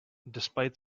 despite